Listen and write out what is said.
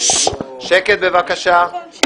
שקט בבקשה.